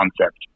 concept